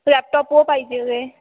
laptop वर पाहिजे आहे